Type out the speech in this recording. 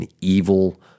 evil